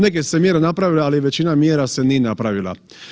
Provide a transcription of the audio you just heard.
Neke su se mjere napravile, ali većina mjera se nije napravila.